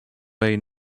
bay